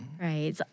right